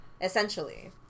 essentially